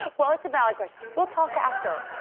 well it's a valid question, we'll talk after.